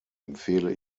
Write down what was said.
empfehle